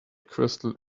crystal